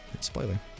Spoiler